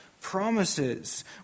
Promises